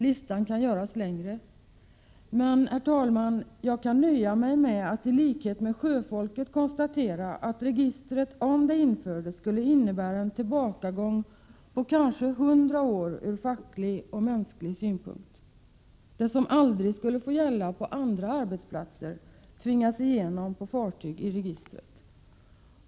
Listan kan göras längre. Men, herr talman, jag kan nöja mig med att i likhet med sjöfolket konstatera att registret, om det infördes, skulle innebära en tillbakagång på kanske 100 år ur facklig och mänsklig synpunkt. Det som aldrig skulle få gälla på andra arbetsplatser tvingas igenom på fartyg i registret.